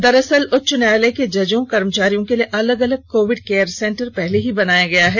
दरअसल उच्च न्यायालय के जजों कर्मचारियों के लिए अलग अलग कोविड केयर सेंटर पहले ही बनाया गया है